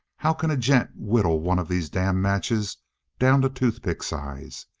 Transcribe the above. how can a gent whittle one of these damned matches down to toothpick size?